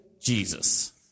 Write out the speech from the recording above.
Jesus